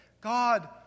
God